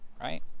Right